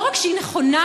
לא רק שהיא נכונה,